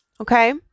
Okay